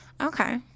Okay